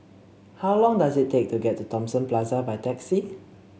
how long does it take to get to Thomson Plaza by taxi